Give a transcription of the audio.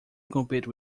compete